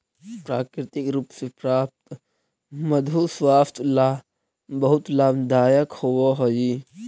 प्राकृतिक रूप से प्राप्त मधु स्वास्थ्य ला बहुत लाभदायक होवअ हई